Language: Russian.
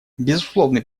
безусловный